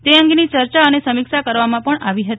તે અંગેની ચર્ચા અને સમીક્ષા કરવામાં આવી હતી